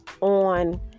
on